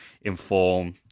inform